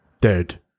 dead